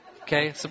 Okay